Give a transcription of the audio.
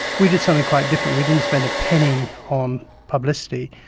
we did something quite different, we didn't spend a penny on publicity,